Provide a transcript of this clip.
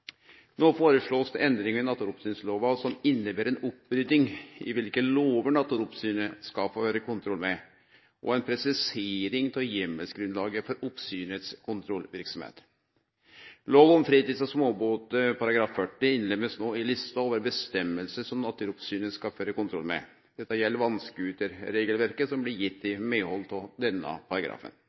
endringar i naturoppsynslova som inneber ei opprydding i kva slags lover Naturoppsynet skal føre kontroll med, og ein presisering av heimelsgrunnlaget for oppsynet si kontrollverksemd. Lov om fritids- og småbåtar § 40 blir no innlemma i lista over avgjerder som Naturoppsynet skal føre kontroll med. Det gjeld regelverket for vannskuterar, som blei gitt i medhald til denne paragrafen.